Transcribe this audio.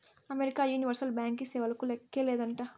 America universal banking సేవలకు లేక్కే లేదంట